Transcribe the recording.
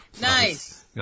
Nice